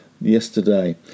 yesterday